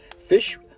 Fish